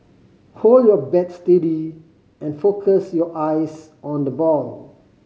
hold your bat steady and focus your eyes on the ball